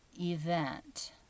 event